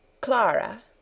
Clara